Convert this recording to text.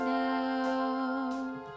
now